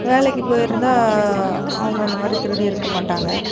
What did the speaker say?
வேலைக்கு போயிருந்தால் அவங்க அந்த மாதிரி திருடி இருக்க மாட்டாங்க